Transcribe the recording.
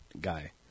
guy